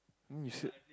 then you said